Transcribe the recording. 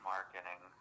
Marketing